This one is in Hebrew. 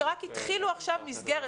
שרק התחילו עכשיו מסגרת,